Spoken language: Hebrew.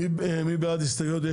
מי בעד?